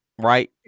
right